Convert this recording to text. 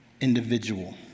individual